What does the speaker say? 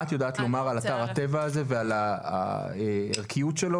מה את יודעת לומר על אתר הטבע הזה ועל הערכיות שלו